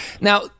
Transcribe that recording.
Now